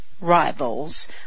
rivals